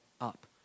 up